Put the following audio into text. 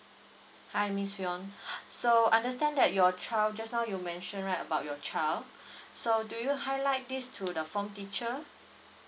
hi ms fion so I understand that your child just now you mention right about your child so do you highlight this to the form teacher